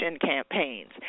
campaigns